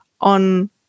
on